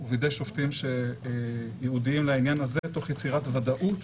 ובידי שופטים ייעודיים לעניין הזה תוך יצירת ודאות